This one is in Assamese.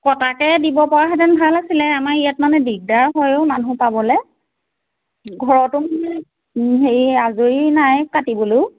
কটাকে দিব পৰাহেঁতেন ভাল আছিলে আমাৰ ইয়াত মানে দিগদাৰ হয়ও মানুহ পাবলে ঘৰতো মানে হেৰি আজৰি নাই কাটিবলেও